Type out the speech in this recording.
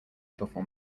perform